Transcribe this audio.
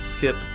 hip